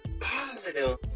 positive